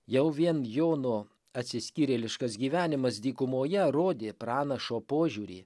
jau vien jono atsiskyrėliškas gyvenimas dykumoje rodė pranašo požiūrį